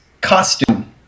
costume